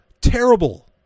terrible